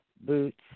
boots